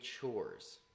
chores